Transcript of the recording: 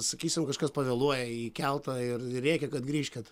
sakysim kažkas pavėluoja į keltą ir rėkia kad grįžkit